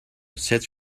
sits